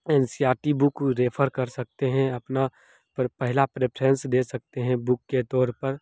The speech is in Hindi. N C R T book refer कर सकते हैं अपना पहला प्रेंफ्रेरेस दे सकते हैं बुक के तौर पर